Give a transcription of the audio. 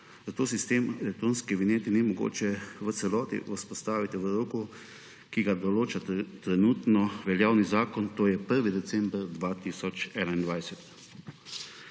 zato sistema elektronske vinjete ni mogoče v celoti vzpostaviti v roku, ki ga določa trenutno veljavni zakon, to je 1. december 2021.